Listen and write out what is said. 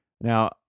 Now